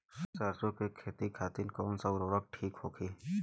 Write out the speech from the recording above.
सरसो के खेती खातीन कवन सा उर्वरक थिक होखी?